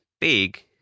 big